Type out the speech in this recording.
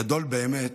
גדול באמת,